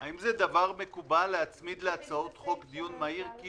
האם מקובל להצמיד להצעות חוק דיון מהיר?